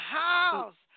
house